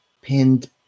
pinned